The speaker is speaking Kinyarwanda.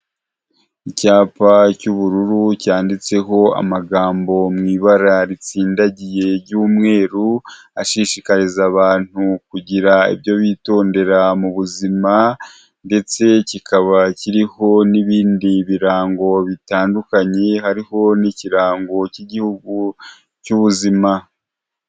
Icyapa cy'ubururu cyanditseho amagambo mu ibara ritsindagiye ry'umweru ashishikariza abantu kugira ibyo bitondera mu buzima ndetse kikaba kiriho n'ibindi birango bitandukanye hariho n'ikirango cy'igihugu cy'ubuzima.